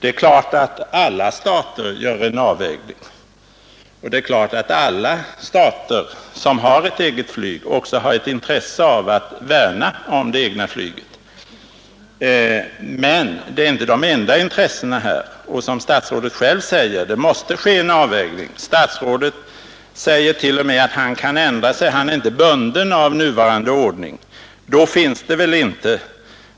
Det är klart att alla stater gör en avvägning och att alla stater som har ett eget flyg också har intresse av att värna om det egna flyget. Men det är inte de enda intressena här. Som statsrådet själv påpekar måste det ske en avvägning. Statsrådet säger t.o.m. att han kan ändra sig; han är inte bunden av nuvarande ordning.